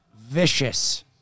vicious